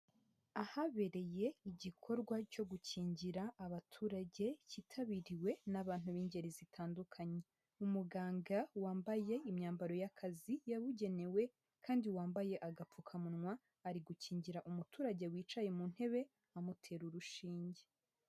Ahabereye igikorwa cyo gukingira abaturage cyitabiriwe n'abantu b'ingeri zitandukanye, umuganga wambaye imyambaro y'akazi yabugenewe kandi wambaye agapfukamunwa ari gukingira umuturage wicaye mu ntebe amutera urushinge.